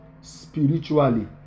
spiritually